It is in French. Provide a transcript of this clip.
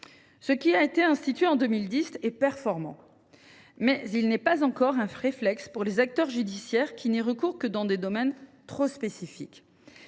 Ce qui a été institué en 2010 est performant, mais il n’est pas encore un réflexe pour les acteurs judiciaires, qui n’y recourent que dans des domaines trop spécifiques.